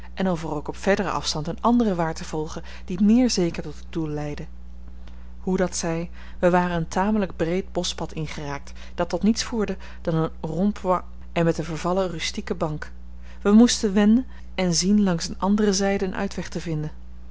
en of er ook op verderen afstand een andere ware te volgen die meer zeker tot het doel leidde hoe dat zij wij waren een tamelijk breed boschpad ingeraakt dat tot niets voerde dan een rond point met eene vervallen rustique bank wij moesten wenden en zien langs een andere zijde een uitweg te vinden